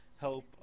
help